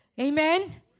Amen